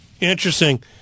Interesting